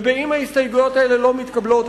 ואם ההסתייגויות האלה לא מתקבלות,